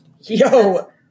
Yo